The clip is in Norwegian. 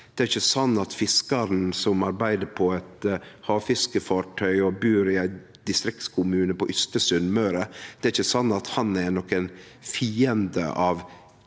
Det er ikkje sånn at fiskaren som arbeider på eit havfiskefartøy og bur i ein distriktskommune på ytste Sunnmøre, er nokon fiende av